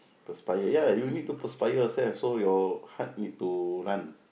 perspire ya you need to perspire yourself so your heart need to run